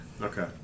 Okay